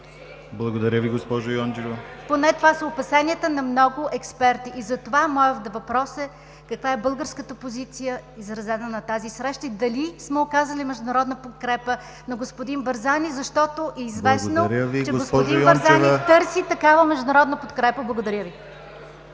Благодаря Ви, госпожо Йончева. ЕЛЕНА ЙОНЧЕВА: Поне това са опасенията на много експерти и затова моят въпрос е: каква е българската позиция, изразена на тази среща и дали сме оказали международна подкрепа на господин Барзани, защото е известно, че господин Барзани търси такава международна подкрепа? Благодаря Ви.